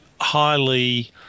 highly